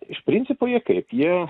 iš principo jie kaip jie